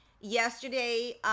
yesterday